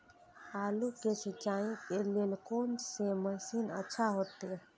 आलू के सिंचाई के लेल कोन से मशीन अच्छा होते?